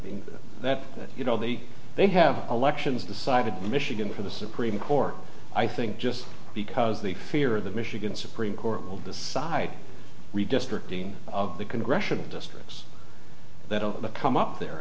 n that you know the they have elections decided michigan for the supreme court i think just because they fear the michigan supreme court will decide redistricting of the congressional districts that don't come up there